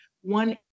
one